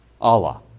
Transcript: Allah